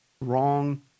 wrong